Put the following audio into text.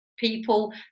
people